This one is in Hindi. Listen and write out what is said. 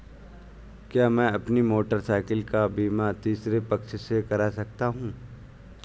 क्या मैं अपनी मोटरसाइकिल का बीमा तीसरे पक्ष से करा सकता हूँ?